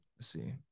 see